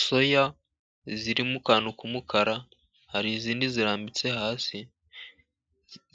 Soya ziri mu kantu k'umukara, hari izindi zirambitse hasi,